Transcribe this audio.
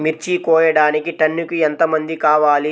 మిర్చి కోయడానికి టన్నుకి ఎంత మంది కావాలి?